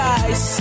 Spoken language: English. Guys